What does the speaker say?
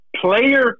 player